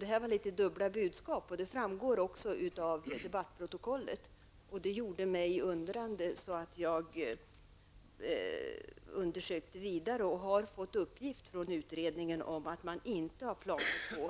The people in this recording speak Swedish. Detta är litet av dubbla budskap, och det framgår också av debattprotokollet. Det gjorde mig förvånad, och jag undersökte saken vidare. Jag har fått uppgift från utredningen om att man inte